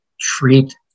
treat